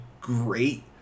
great